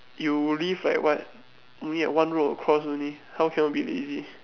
you live like what only at one road across only how cannot it be easy